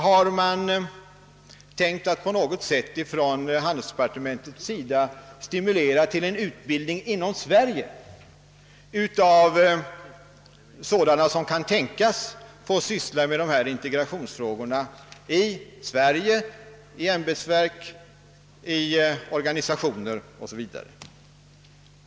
Har man tänkt att på något sätt från handelsdepartementets sida stimulera till en utbildning inom Sverige av sådana som kan tänkas få syssla med dessa integrationsfrågor i ämbetsverk, organisationer 0. s. v.?